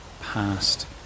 past